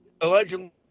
allegedly